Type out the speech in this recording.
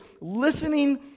listening